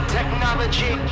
Technology